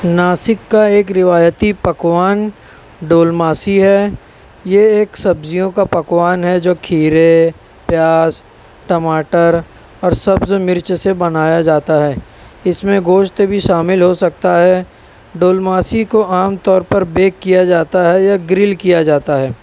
ناسک کا ایک روایتی پکوان ڈولماسی ہے یہ ایک سبزیوں کا پکوان ہے جو کھیرے پیاز ٹماٹر اور سبز مرچ سے بنایا جاتا ہے اس میں گوشت بھی شامل ہو سکتا ہے ڈولماسی کو عام طور پر بیک کیا جاتا ہے یا گرل کیا جاتا ہے